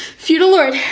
feudal lord,